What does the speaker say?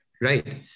Right